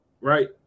right